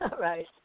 Right